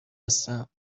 هستم